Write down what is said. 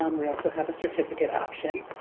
um we also have a certificate option.